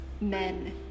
men